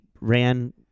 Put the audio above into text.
ran